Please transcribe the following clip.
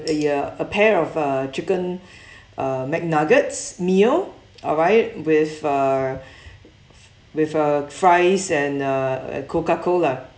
a uh a pair of uh chicken uh mcnuggets meal alright with a with a fries and a coca cola